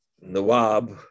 Nawab